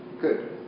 Good